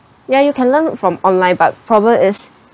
ya you can learn from online but problem is